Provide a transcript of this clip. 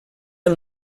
del